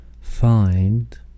Find